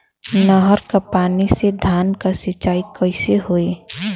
नहर क पानी से धान क सिंचाई कईसे होई?